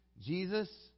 Jesus